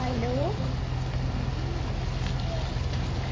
hello हां जी कुत्थें ओ